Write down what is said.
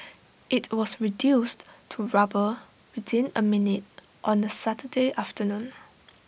IT was reduced to rubble within A minute on A Saturday afternoon